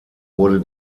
wurde